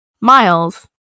Miles